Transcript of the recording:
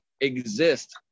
exist